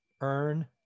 Earn